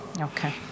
Okay